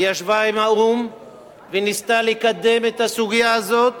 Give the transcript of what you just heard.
היא ישבה עם האו"ם וניסתה לקדם את הסוגיה הזאת